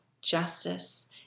justice